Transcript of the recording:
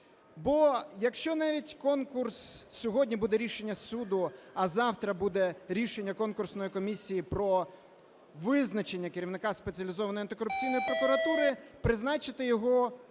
Бо якщо навіть конкурс… сьогодні буде рішення суду, а завтра буде рішення конкурсної комісії про визначення керівника Спеціалізованої антикорупційної прокуратури, призначити його